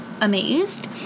amazed